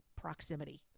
proximity